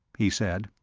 he said.